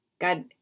God